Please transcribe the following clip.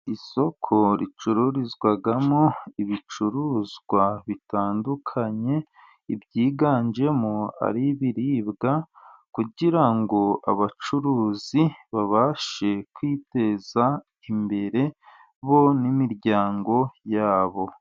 Isoko ricururizwamo, ibicuruzwa bitandukanye ibyiganjemo ari ibiribwa, kugira ngo abacuruzi babashe kwiteza imbere bo n'imiryango yabo.